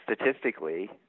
statistically